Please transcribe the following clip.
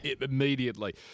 immediately